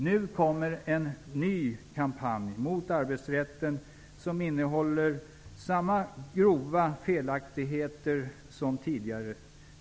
Nu kommer en ny kampanj mot arbetsrätten som innehåller samma grova felaktigheter som tidigare.